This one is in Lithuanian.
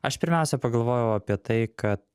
aš pirmiausia pagalvojau apie tai kad